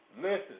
Listen